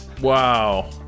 Wow